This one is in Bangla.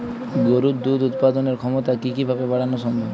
গরুর দুধ উৎপাদনের ক্ষমতা কি কি ভাবে বাড়ানো সম্ভব?